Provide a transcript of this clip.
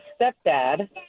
stepdad